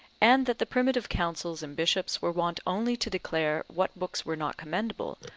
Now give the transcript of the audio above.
and that the primitive councils and bishops were wont only to declare what books were not commendable,